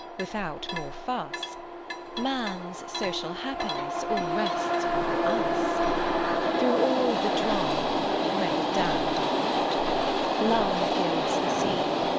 without more fuss man's social happiness all rests on us through all the drama whether damn'd or not love gilds the scene,